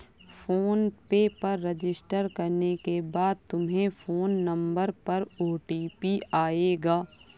phone पे पर register करने के बाद तुम्हारे फोन नंबर पर ओ.टी.पी आएगा